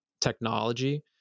technology